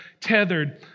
tethered